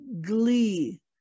glee